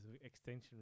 extension